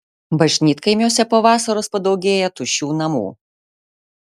bažnytkaimiuose po vasaros padaugėja tuščių namų